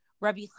Rabbi